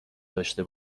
داشته